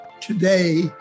today